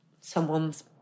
someone's